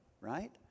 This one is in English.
right